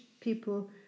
people